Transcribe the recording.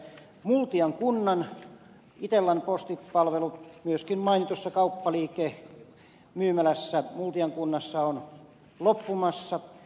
multian kunnan itellan postipalvelu myöskin mainitussa kauppaliikemyymälässä multian kunnassa on loppumassa